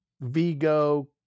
Vigo